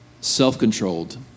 self-controlled